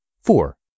Four